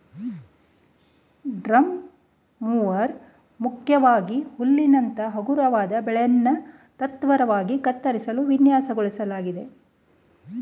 drum mower ಮುಖ್ಯವಾಗಿ ಹುಲ್ಲಿನಂತ ಹಗುರವಾದ ಬೆಳೆನ ತ್ವರಿತವಾಗಿ ಕತ್ತರಿಸಲು ವಿನ್ಯಾಸಗೊಳಿಸ್ಲಾಗಿದೆ